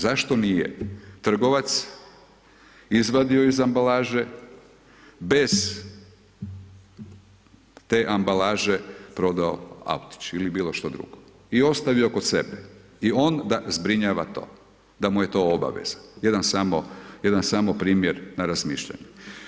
Zašto nije trgovac izvadio iz ambalaže bez te ambalaže prodao autić ili bili što drugo i ostavio kod sebe i on da zbrinjava to, da mu je to obaveza, jedan samo primjer na razmišljanje.